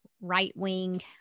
right-wing